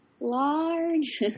Large